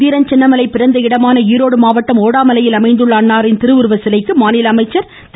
தீரன் சின்னமலை பிறந்த இடமான ஈரோடு மாவட்டம் ஓடாமலையில் அமைந்துள்ள அன்னாரின் திருவுருவச் சிலைக்கு மாநில அமைச்சர் திரு